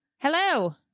Hello